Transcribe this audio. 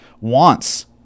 wants